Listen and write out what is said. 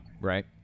right